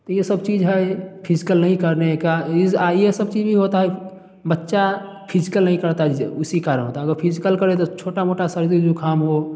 ये सब चीज है फिजिकल नहीं करने का आ ये सब चीज भी होता है बच्चा फिजिकल नहीं करता इसी कारण होता है अगर फिजिकल करे तो छोटा मोटा सर्दी जुकाम हो